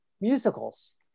musicals